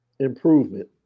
improvement